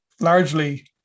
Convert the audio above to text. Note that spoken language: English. largely